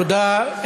תודה,